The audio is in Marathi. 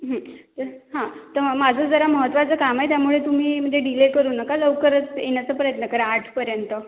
तर हां तर माझं जरा महत्त्वाचं काम आहे त्यामुळे तुम्ही म्हणजे डिले करू नका लवकरच येण्याचा प्रयत्न करा आठपर्यंत